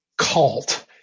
Cult